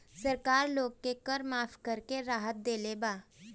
सरकार लोग के कर माफ़ करके राहत देले बा